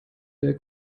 der